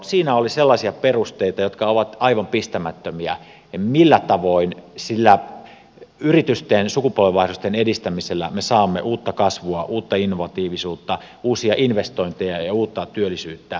siinä oli sellaisia perusteita jotka ovat aivan pistämättömiä ja millä tavoin sillä että yritysten sukupolvenvaihdosten edistämisellä me saamme uutta kasvua uutta innovatiivisuutta uusia investointeja ja uutta työllisyyttä aikaan